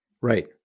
Right